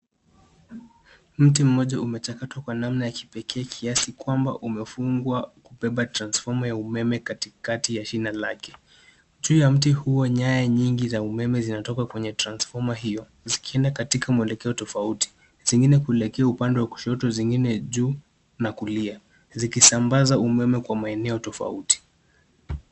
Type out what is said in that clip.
Mti mmoja umechakatwa kwa namna ya kipekee kiasi kwamba umefungwa kubeba transfomer ya umeme kati kati ya shina lake. Juu ya mti huo nyaya nyingi za umeme zinatoka kwenye transfomer hio, zikienda katika mwelekeo tofauti, zingine kuelekea upande wa kushoto, zingine juu na kulia, zikisambaza umeme kwa maeneo tofauti.